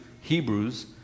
Hebrews